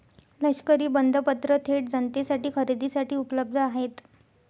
लष्करी बंधपत्र थेट जनतेसाठी खरेदीसाठी उपलब्ध आहेत